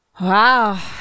Wow